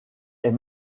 est